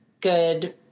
good